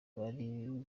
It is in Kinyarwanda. bari